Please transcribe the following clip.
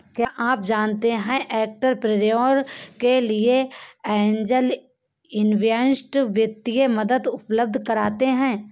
क्या आप जानते है एंटरप्रेन्योर के लिए ऐंजल इन्वेस्टर वित्तीय मदद उपलब्ध कराते हैं?